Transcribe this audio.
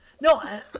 No